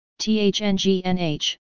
THNGNH